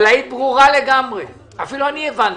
אבל היית ברורה לגמרי, אפילו אני הבנתי.